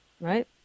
Right